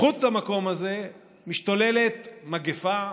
מחוץ למקום הזה משתוללת מגפה,